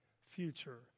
future